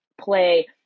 play